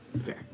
Fair